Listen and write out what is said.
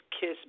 Kiss